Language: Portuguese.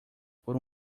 por